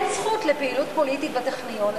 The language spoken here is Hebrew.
אין זכות לפעילות פוליטית בטכניון.